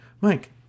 Mike